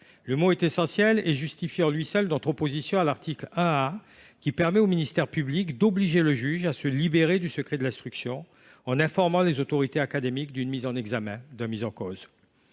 : il est essentiel et justifie à lui seul notre opposition à l’article 1 A, qui permet au ministère public d’obliger le juge à se libérer du secret de l’instruction en informant les autorités académiques de la mise en examen d’une personne.